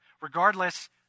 Regardless